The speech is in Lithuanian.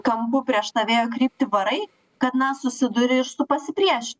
kampu prieš tą vėjo kryptį varai kad na susiduri ir su pasipriešinimu